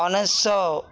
ଉଣେଇଶ